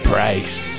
Price